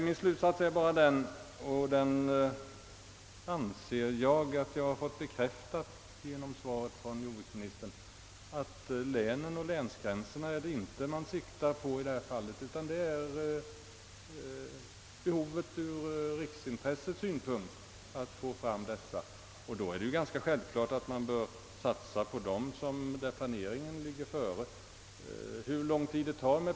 Min slutsats är — och den anser jag att jag fått bekräftad genom svaret från jordbruksministern — att man inte binder sig vid länen och vid länsgränserna i dessa fall, utan ser det som ett riksintresse att få fram naturreservat. Det är då ganska självklart att man bör satsa på de naturreservat som ligger väl till ur planeringssynpunkt och på de län där planeringen ligger före.